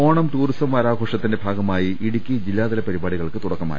Onam tourism വാരാഘോഷത്തിന്റെ ഭാഗമായി ഇടുക്കി ജില്ലാ തല പരിപാടികൾക്ക് തുടക്കമായി